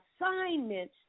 assignment